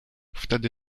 wtedy